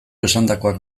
esandakoak